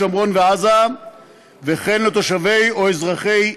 שומרון ועזה וכן לתושבי או אזרחי איראן,